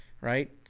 right